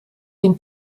den